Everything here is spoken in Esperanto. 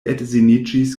edziniĝis